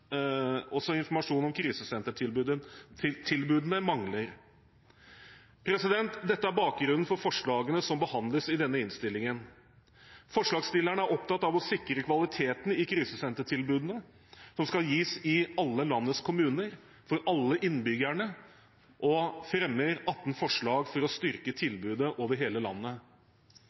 Også informasjon om krisesentertilbudene mangler. Dette er bakgrunnen for forslagene som behandles i denne innstillingen. Forslagsstillerne er opptatt av å sikre kvaliteten i krisesentertilbudet, som skal gis i alle landets kommuner, for alle innbyggerne, og fremmer 18 forslag for å styrke tilbudet over hele landet. Statsråden viser i sitt svarbrev til